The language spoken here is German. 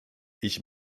ich